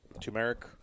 turmeric